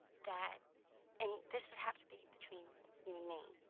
that and this would have to be between you and me.